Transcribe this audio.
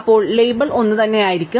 അപ്പോൾ ലേബൽ ഒന്നുതന്നെയായിരിക്കണം